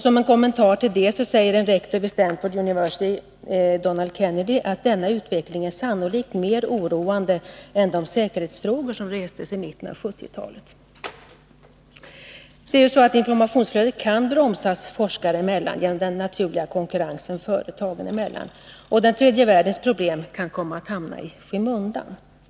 Som en kommentar till detta säger Donald Kennedy, rektor vid Stanford University: ”Denna utveckling är 2 sannolikt mer oroande än de säkerhetsfrågor som restes i mitten av 1970-talet.” Det är så att informationsflödet kan bromsas forskare emellan på grund av den naturliga konkurrensen företag emellan, och den tredje världens problem kan komma att hamna i skymundan.